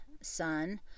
son